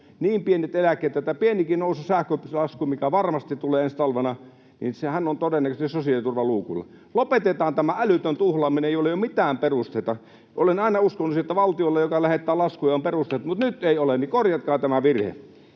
niin pienet eläkkeet, että pienikin nousu sähkölaskuun, mikä varmasti tulee ensi talvena, niin hän on todennäköisesti sosiaaliturvaluukulla. Lopetetaan tämä älytön tuhlaaminen, jolle ei ole mitään perusteita. Olen aina uskonut siihen, että valtiolla, joka lähettää laskuja, on perusteet, mutta nyt ei ole niin. Korjatkaa tämä virhe.